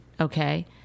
Okay